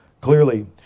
clearly